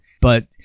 but-